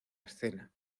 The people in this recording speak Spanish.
escena